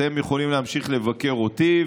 אתם יכולים להמשיך לבקר אותי,